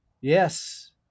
Yes